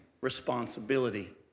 responsibility